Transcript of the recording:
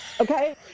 okay